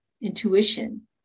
intuition